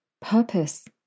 purpose